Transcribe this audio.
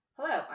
Hello